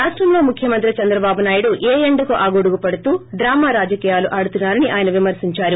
రాష్టంలో ముఖ్యమంత్రి చంద్రబాబు నాయుడు ఏ ఎండకు ఆ గొడుగు పడుతూ డ్రామా రాజక్యాలు ఆడుతున్నారని ఆయన విమర్పించారు